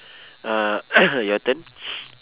uh your turn